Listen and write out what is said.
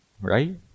right